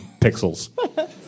pixels